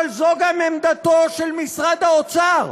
אבל זו גם עמדתו של משרד האוצר.